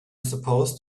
supposed